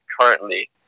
currently